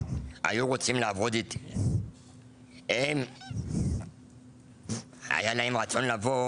היו רוצים לעבוד איתי, היה להם רצון לבוא